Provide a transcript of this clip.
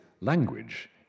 language